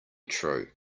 true